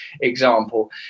example